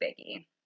biggie